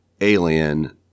alien